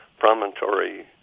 promontory